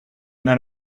not